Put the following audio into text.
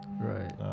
Right